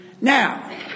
Now